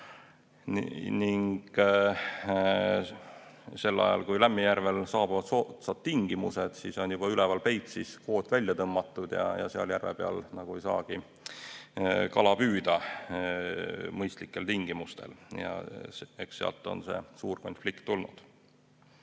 Sel ajal, kui Lämmijärvel saabuvad soodsad tingimused, on üleval Peipsis juba kvoot välja tõmmatud ja seal järve peal nagu ei saagi kala püüda mõistlikel tingimustel. Eks sealt on see suur konflikt tulnud.